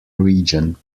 region